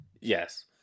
Yes